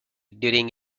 during